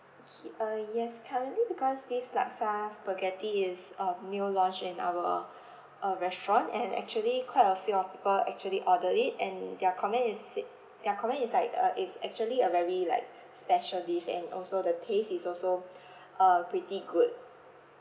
okay uh yes currently because this laksa spaghetti is um new launched in our uh restaurant and actually quite a few of people actually order it and their comment is said their comment is like uh it's actually a very like special dish and also the taste is also uh pretty good